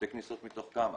שתי כניסות מתוך כמה?